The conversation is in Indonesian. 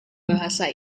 bahasa